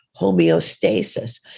homeostasis